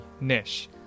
niche